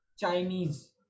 Chinese